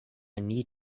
need